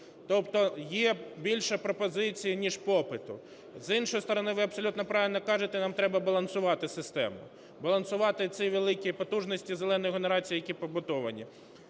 Тобто є більше пропозицій, ніж попиту. З іншої сторони, ви абсолютно правильно кажете, нам треба балансувати систему. Балансувати ці великі потужності "зеленої" генерації, які побудовані.